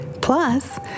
Plus